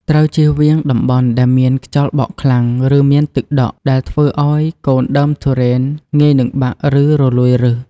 ត្រូវចៀសវាងតំបន់ដែលមានខ្យល់បក់ខ្លាំង ឬមានទឹកដក់ ដែលធ្វើឲ្យកូនដើមទុរេនងាយនឹងបាក់ ឬរលួយឫស។